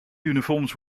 uniforms